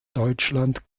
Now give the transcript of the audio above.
deutschland